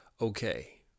okay